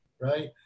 right